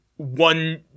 One